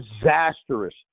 disastrous